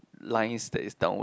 lines that is downward